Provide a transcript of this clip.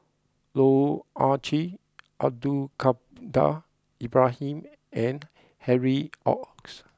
Loh Ah Chee Abdul Kadir Ibrahim and Harry Ord